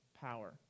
power